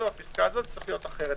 הפסקה הזאת או הסעיף הזה צריך להיות אחרת.